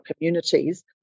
communities